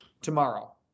Tomorrow